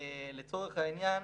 לצורך העניין,